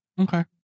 Okay